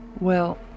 Well